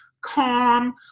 calm